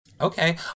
Okay